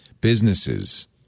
businesses